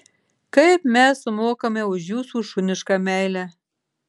kaip mes sumokame už jūsų šunišką meilę